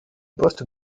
poste